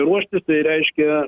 ruoštis tai reiškia